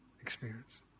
experience